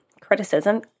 criticism